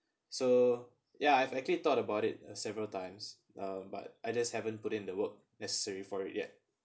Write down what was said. so ya I've actually thought about it several times uh but I just haven't put in the work necessary for it yet